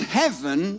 heaven